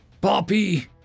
Poppy